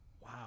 Wow